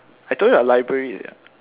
I told you [what] library